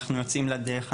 אנחנו יוצאים לדרך,